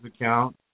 account